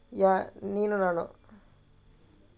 ya நீயும் நானும்:neeyum naanum